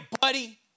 buddy